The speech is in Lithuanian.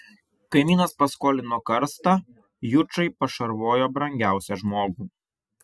kaimynas paskolino karstą jučai pašarvojo brangiausią žmogų